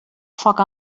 foc